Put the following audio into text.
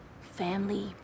Family